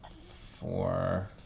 Four